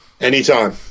Anytime